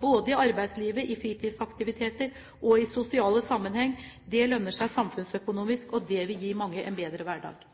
både i arbeidslivet, i fritidsaktiviteter og i sosiale sammenhenger. Det lønner seg samfunnsøkonomisk, og det vil gi mange en bedre hverdag.